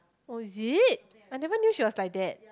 oh is it I never knew she was like that